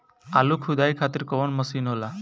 आलू खुदाई खातिर कवन मशीन होला?